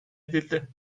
edildi